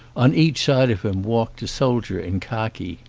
on each side of him walked a soldier in khaki.